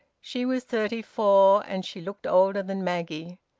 she was thirty-four, and she looked older than maggie,